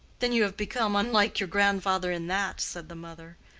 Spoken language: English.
then you have become unlike your grandfather in that. said the mother,